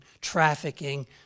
trafficking